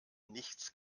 nichts